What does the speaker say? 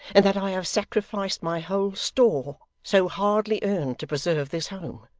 and that i have sacrificed my whole store, so hardly earned, to preserve this home